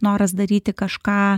noras daryti kažką